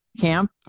camp